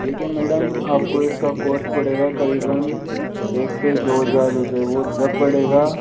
देखिये मैडम आपको इसका कॉस्ट पड़ेगा करीबन एक से दो हज़ार रुपये वह जब पड़ेगा